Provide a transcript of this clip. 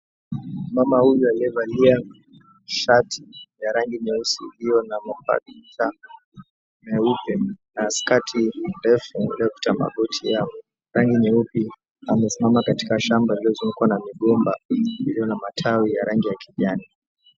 Mama huyu aliyevalia shati ya rangi nyeusi iliyo na mapicha meupe na skati ndefu iliyopita magoti ya rangi nyeupe amesimama katika shamba lilizingirwa na migomba iliyo na rangi ya kijani.